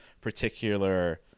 particular